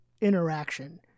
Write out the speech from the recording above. interaction